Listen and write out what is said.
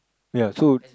ya so